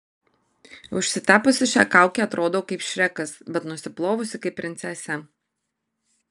užsitepusi šią kaukę atrodau kaip šrekas bet nusiplovusi kaip princesė